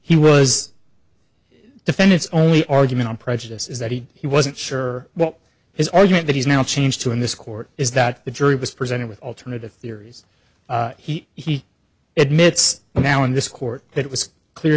he was defendant's only argument on prejudice is that he wasn't sure what his argument that he's now changed to in this court is that the jury was presented with alternative theories he admits now in this court that it was clear